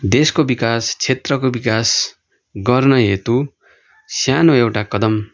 देशको विकास क्षेत्रको विकास गर्नहेतु सानो एउटा कदम